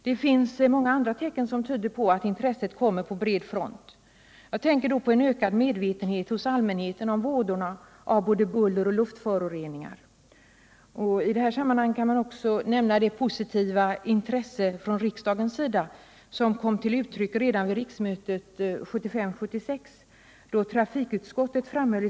I detta sammanhang kan man också nämna det positiva intresse som riksdagen gav uttryck för redan vid riksmötet 1975/76. Trafikutskottet framhöll då i sitt yttrande över en motion om statsbidrag till trådbussar att den frågan var angelägen. Det finns många andra tecken som tyder på att intresset kommer på bred front.